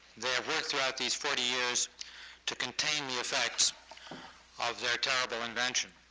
they have worked throughout these forty years to contain the effects of their terrible invention.